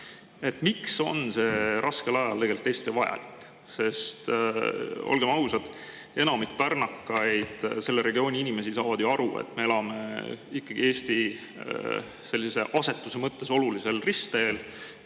Miks on see raskel ajal Eestile vajalik? Olgem ausad, enamik pärnakaid, selle regiooni inimesi, saavad ju aru, et me elame ikkagi Eesti nii-öelda asetuse mõttes olulisel ristteel,